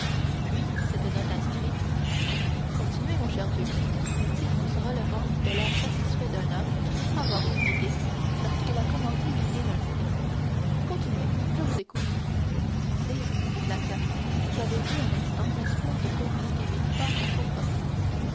puis cette note inscrite continuez mon cher duc dit-il en se relevant de l'air satisfait d'un homme qui croit avoir eu une idée lorsqu'il a commencé l'idée d'un autre continuez je vous écoute sire dit blacas qui avait eu un instant l'espoir de confisquer villefort à son profit